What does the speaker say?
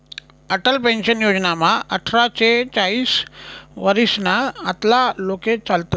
Atal pension योजनामा आठरा ते चाईस वरीसना आतला लोके चालतस